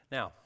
Now